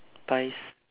pies